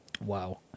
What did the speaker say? Wow